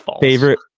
Favorite